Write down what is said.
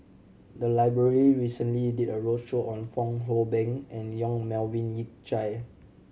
the library recently did a roadshow on Fong Hoe Beng and Yong Melvin Yik Chye